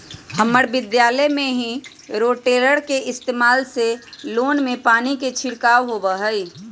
हम्मर विद्यालय में भी रोटेटर के इस्तेमाल से लोन में पानी के छिड़काव होबा हई